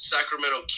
Sacramento